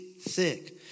thick